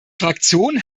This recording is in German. fraktion